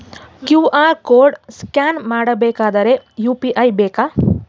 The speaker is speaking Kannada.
ಕ್ಯೂ.ಆರ್ ಕೋಡ್ ಸ್ಕ್ಯಾನ್ ಮಾಡಬೇಕಾದರೆ ಯು.ಪಿ.ಐ ಬೇಕಾ?